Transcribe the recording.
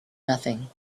nothing